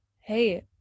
hey